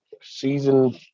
season